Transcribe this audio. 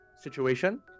situation